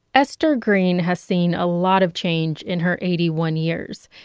esther green has seen a lot of change in her eighty one years.